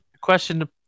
question